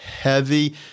heavy